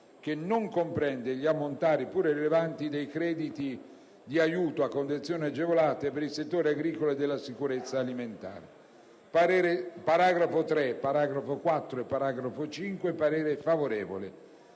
che non comprende gli ammontari, pur rilevanti, dei crediti di aiuto a condizioni agevolate per il settore agricolo e della sicurezza alimentare. Sui capoversi terzo, quarto e